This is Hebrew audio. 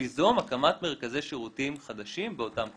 וליזום הקמת מרכזי שירותים חדשים באותם כפרים.